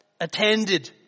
attended